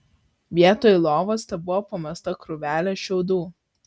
vietoj lovos tebuvo pamesta krūvelė šiaudų